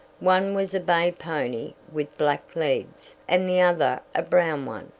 one was a bay pony with black legs, and the other a brown one.